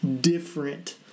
different